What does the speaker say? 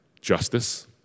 justice